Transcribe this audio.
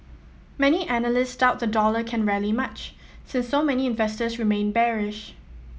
many analysts doubt the dollar can rally much since so many investors remain bearish